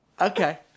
Okay